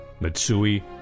Matsui